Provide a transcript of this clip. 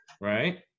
Right